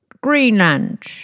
Greenland